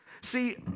See